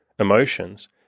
emotions